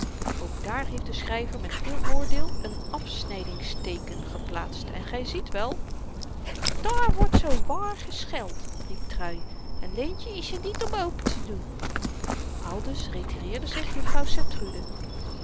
ook daar heeft de schryver met veel oordeel een afsnydingsteeken geplaatst en gy ziet wel daar wordt zoo waar gescheld riep trui en leentjen is er niet om open te doen aldus retireerde zich juffrouw